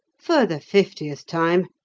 for the fiftieth time.